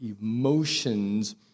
emotions